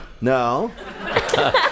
No